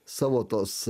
savo tos